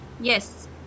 yes